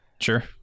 Sure